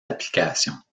applications